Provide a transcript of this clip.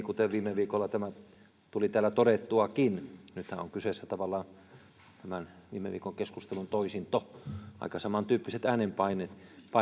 kuten viime viikolla tämä tuli täällä todettuakin nythän on kyseessä tavallaan tämän viime viikon keskustelun toisinto aika samantyyppiset äänenpainot